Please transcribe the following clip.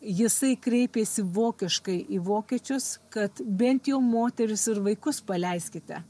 jisai kreipėsi vokiškai į vokiečius kad bent jau moteris ir vaikus paleiskite